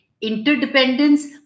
interdependence